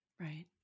Right